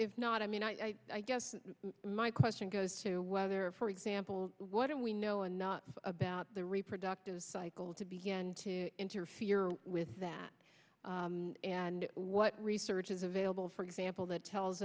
if not i mean i guess my question goes to whether for example what do we know and not about the reproductive cycle to begin to interfere with that and what research is available for example that tells